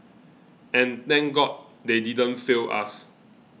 and thank god they didn't fail us